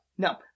No